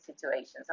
situations